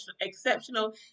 exceptional